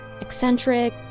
Eccentric